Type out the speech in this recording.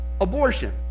abortion